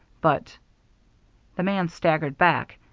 but the man staggered back,